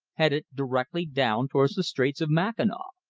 headed directly down towards the straits of mackinaw.